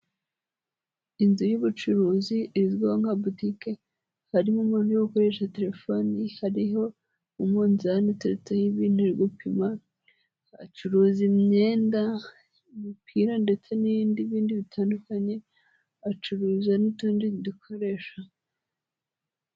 Inzu y'ubucuruzi izwiho nka butike, harimo umwana uri gukoresha telefoni, hariho umunzani uteretseho ibintu uri gupima, bacuruza imyenda, imipira ndetse n'ibindi bindi bitandukanye bacuruza n'utundi dukoresho.